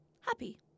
happy